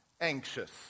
anxious